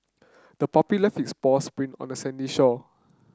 the puppy left its paws print on the sandy shore